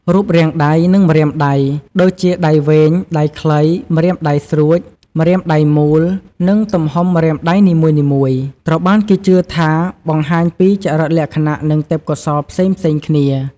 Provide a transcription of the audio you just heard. រូបរាងដៃ និងម្រាមដៃ ដូចជាដៃវែង ដៃខ្លី ម្រាមដៃស្រួច ម្រាមដៃមូល និងទំហំម្រាមដៃនីមួយៗ ត្រូវបានគេជឿថាបង្ហាញពីចរិតលក្ខណៈ និងទេពកោសល្យផ្សេងៗគ្នា។